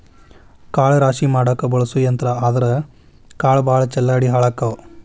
ಕಾಳ ರಾಶಿ ಮಾಡಾಕ ಬಳಸು ಯಂತ್ರಾ ಆದರಾ ಕಾಳ ಭಾಳ ಚಲ್ಲಾಡಿ ಹಾಳಕ್ಕಾವ